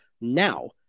now